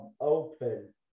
open